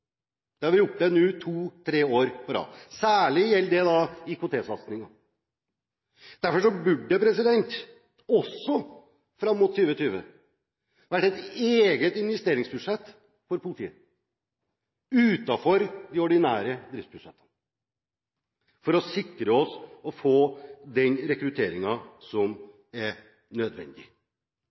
Det har vi opplevd nå to–tre år på rad. Særlig gjelder det IKT-satsingen. Derfor burde det fram mot 2020 også vært et eget investeringsbudsjett for politiet utenfor de ordinære driftsbudsjettene for å sikre at vi får den rekrutteringen som er nødvendig.